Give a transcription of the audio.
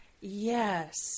Yes